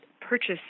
purchase